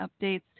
updates